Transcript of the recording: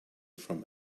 from